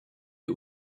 den